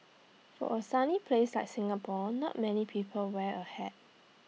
for A sunny place like Singapore not many people wear A hat